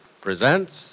presents